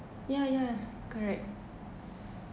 yeah yeah correct